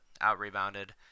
out-rebounded